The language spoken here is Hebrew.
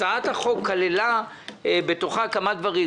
הצעת החוק כללה בתוכה כמה דברים.